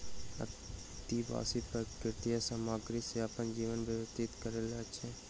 आदिवासी प्राकृतिक सामग्री सॅ अपन जीवन व्यतीत करैत अछि